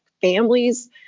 families